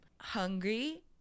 hungry